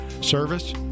Service